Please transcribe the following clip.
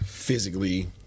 physically